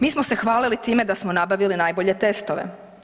Mi smo se hvalili time da smo nabavili najbolje testove.